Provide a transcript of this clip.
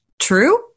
true